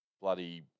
bloody